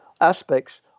aspects